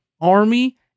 army